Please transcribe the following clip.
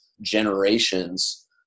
generations